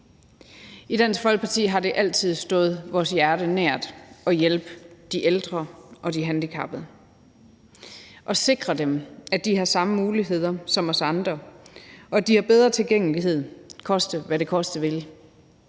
I Dansk Folkeparti har det altid stået vores hjerte nært at hjælpe de ældre og de handicappede og at sikre dem, at de har samme muligheder som os andre, og at de har bedre tilgængelighed, koste, hvad det koste vil!